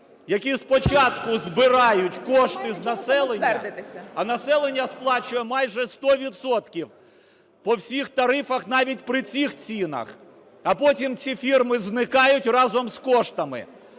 які спочатку збирають кошти з населення, а населення сплачує майже 100 відсотків по всіх тарифах навіть при цих цінах, а потім ці фірми зникають разом з коштами,